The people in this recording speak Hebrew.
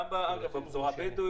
גם בקרב הבדואים,